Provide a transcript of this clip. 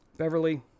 Beverly